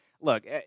look